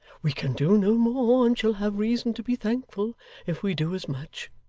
we can do no more, and shall have reason to be thankful if we do as much